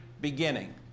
beginning